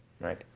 right